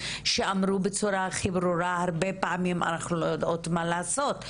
שאמרו בצורה הכי ברורה הרבה פעמים אנחנו לא יודעות מה לעשות,